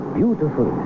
beautiful